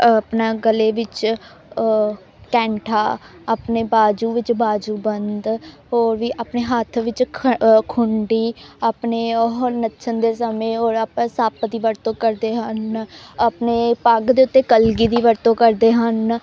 ਆਪਣਾ ਗਲੇ ਵਿੱਚ ਕੈਂਠਾ ਆਪਣੇ ਬਾਜੂ ਵਿੱਚ ਬਾਜੂ ਬੰਦ ਹੋਰ ਵੀ ਆਪਣੇ ਹੱਥ ਵਿੱਚ ਖ ਖੁੰਡੀ ਆਪਣੇ ਉਹ ਨੱਚਣ ਦੇ ਸਮੇਂ ਔਰ ਆਪਾਂ ਸੱਪ ਦੀ ਵਰਤੋਂ ਕਰਦੇ ਹਨ ਆਪਣੇ ਪੱਗ ਦੇ ਉੱਤੇ ਕਲਗੀ ਦੀ ਵਰਤੋਂ ਕਰਦੇ ਹਨ